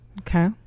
okay